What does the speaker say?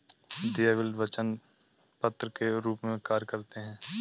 देय बिल वचन पत्र के रूप में कार्य करते हैं